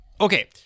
okay